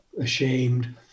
ashamed